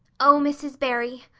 oh, mrs. barry,